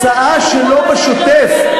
אלא להוצאה שלו בשוטף,